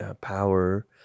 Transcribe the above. power